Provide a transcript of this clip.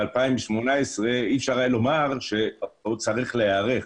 ב-2018 אי אפשר היה לומר שעדיין צריך להיערך.